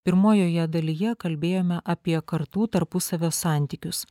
pirmojoje dalyje kalbėjome apie kartų tarpusavio santykius